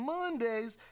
Mondays